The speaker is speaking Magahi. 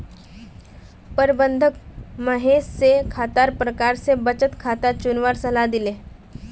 प्रबंधक महेश स खातार प्रकार स बचत खाता चुनवार सलाह दिले